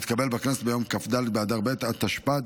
התקבל בכנסת ביום כ"ד באדר ב' התשפ"ד,